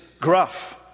gruff